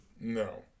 No